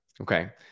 okay